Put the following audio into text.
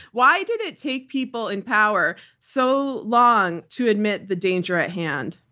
why did it take people in power so long to admit the danger at hand?